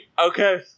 Okay